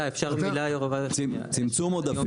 צמצום עודפים.